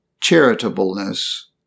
charitableness